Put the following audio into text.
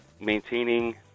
maintaining